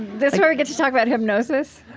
this is where we get to talk about hypnosis?